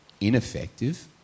ineffective